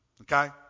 Okay